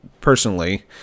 Personally